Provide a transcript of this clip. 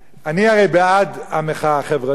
אני הרי בעד המחאה החברתית,